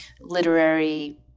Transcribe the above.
literary